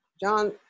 John